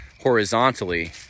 horizontally